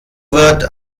wird